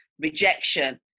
rejection